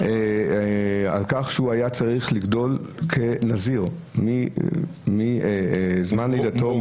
על כך שהוא היה צריך לגדול כנזיר מזמן לידתו.